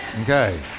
Okay